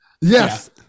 Yes